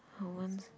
I want